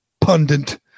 pundit